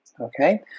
Okay